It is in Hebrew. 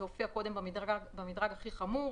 זה הופיע קודם במדרג הכי חמור.